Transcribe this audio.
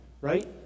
right